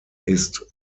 ist